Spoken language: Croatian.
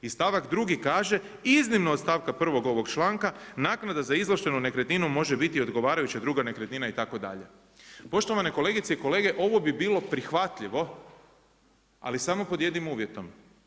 I stavak 2. kaže „iznimno od stavka 1. ovog članka, naknada za izvlaštenu nekretninu može biti odgovarajuća druga nekretnina itd.“ Poštovane kolegice i kolege, ovo bi bilo prihvatljivo ali samo pod jednim uvjetom.